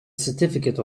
certificate